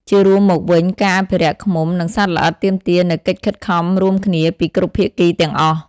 ជារួមមកវិញ ការអភិរក្សឃ្មុំ និងសត្វល្អិតទាមទារនូវកិច្ចខិតខំរួមគ្នាពីគ្រប់ភាគីទាំងអស់។